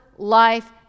life